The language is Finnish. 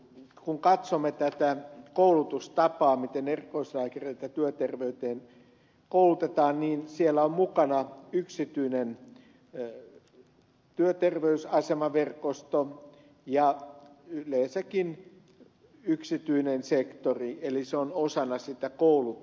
kun katsomme tätä koulutustapaa miten erikoislääkäreitä työterveyteen koulutetaan niin siellä on mukana yksityinen työterveysasemaverkosto ja yleensäkin yksityinen sektori eli se on osana sitä koulutusta